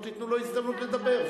לא תיתנו לו הזדמנות לדבר.